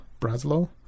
Braslow